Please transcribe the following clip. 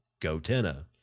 Gotenna